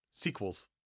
Sequels